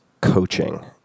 coaching